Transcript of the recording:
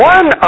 One